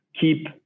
keep